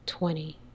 Twenty